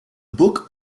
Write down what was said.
book